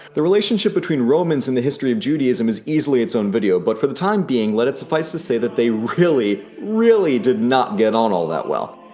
the relationship between romans and the history of judaism is easily its own video but for the time being let it suffice to say that they really, really did not get on all that well.